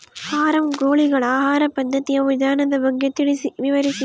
Form ಕೋಳಿಗಳ ಆಹಾರ ಪದ್ಧತಿಯ ವಿಧಾನಗಳ ಬಗ್ಗೆ ವಿವರಿಸಿ?